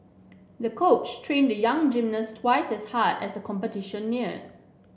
the coach trained the young gymnast twice as hard as the competition neared